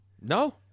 No